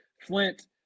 Flint